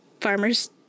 farmers